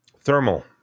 thermal